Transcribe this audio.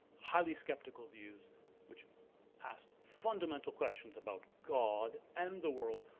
highly skeptical views which passed fundamental questions about god, and the world,